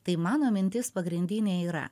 tai mano mintis pagrindinė yra